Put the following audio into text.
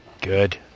Good